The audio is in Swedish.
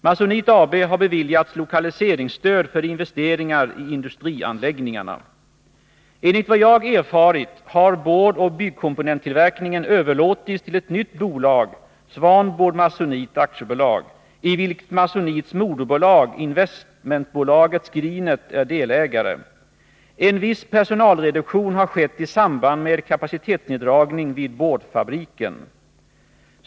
Masonite AB har beviljats lokaliseringsstöd för investeringar i industrianläggningarna. Enligt vad jag erfarit har boardoch byggkomponenttillverkningen överlåtits till ett nytt bolag, Swanboard Masonite AB, i vilket Masonites moderbolag Investment AB Skrinet är delägare. En viss personalreduktion har skett i samband med kapacitetsneddragning vid boardfabriken.